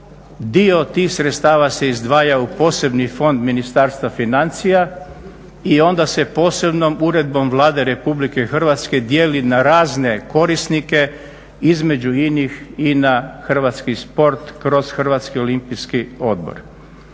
dio tih sredstava se izdvaja u posebni fond Ministarstva financija i onda se posebnom uredbom Vlade Republike Hrvatske dijeli na razne korisnike između inih i na hrvatski sport kroz Hrvatski olimpijski odbor.